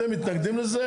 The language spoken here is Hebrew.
אתם מתנגדים לזה?